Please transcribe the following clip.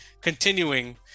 continuing